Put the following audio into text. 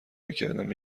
میکردم